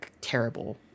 terrible